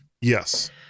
yes